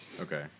Okay